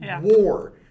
war